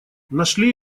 нашли